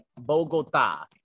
Bogota